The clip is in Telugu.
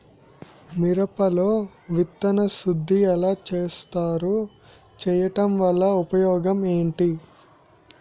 మిరప లో విత్తన శుద్ధి ఎలా చేస్తారు? చేయటం వల్ల ఉపయోగం ఏంటి?